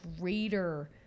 greater